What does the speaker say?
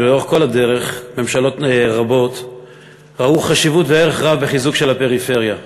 לאורך כל הדרך ממשלות רבות ראו חשיבות וערך רב בחיזוק הפריפריה.